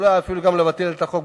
אולי אפילו גם לבטל את החוק,